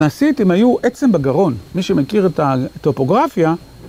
מעשית, הם היו עצם בגרון, מי שמכיר את הטופוגרפיה...